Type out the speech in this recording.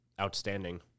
outstanding